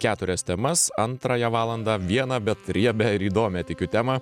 keturias temas antrąją valandą vieną bet riebią ir įdomią tikiu temą